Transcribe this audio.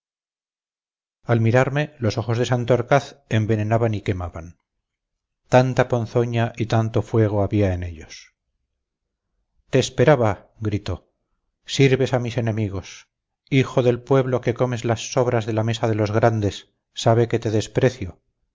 al mirarme los ojos de santorcaz envenenaban y quemaban tanta ponzoña y tanto fuego había en ellos te esperaba gritó sirves a mis enemigos hijo del pueblo que comes las sobras de la mesa de los grandes sabe que te desprecio